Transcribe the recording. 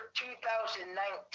2019